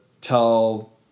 tell